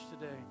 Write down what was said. today